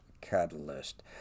catalyst